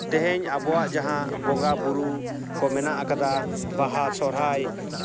ᱛᱮᱦᱤᱧ ᱟᱵᱚᱣᱟᱜ ᱡᱟᱦᱟᱸ ᱵᱚᱸᱜᱟᱼᱵᱩᱨᱩ ᱠᱚ ᱢᱮᱱᱟᱜ ᱠᱟᱫᱟ ᱵᱟᱦᱟ ᱥᱚᱨᱦᱟᱭ